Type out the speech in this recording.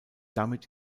damit